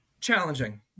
challenging